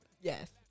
Yes